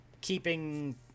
Keeping